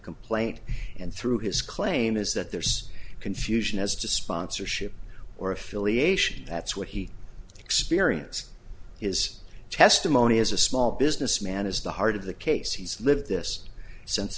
complaint and through his claim is that there's confusion as to sponsorship or affiliation that's what he experience his testimony as a small businessman is the heart of the case he's lived this since